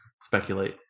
speculate